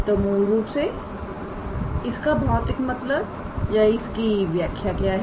तो मूल रूप से इसका भौतिक मतलब या इसकी व्याख्या क्या है